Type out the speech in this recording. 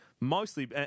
Mostly